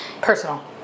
Personal